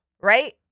right